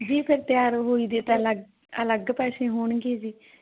ਜੀ ਫਿਰ ਤਿਆਰ ਹੋਈ ਦੇ ਤਾਂ ਅਲੱਗ ਅਲੱਗ ਪੈਸੇ ਹੋਣਗੇ ਜੀ